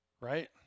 right